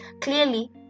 Clearly